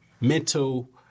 mental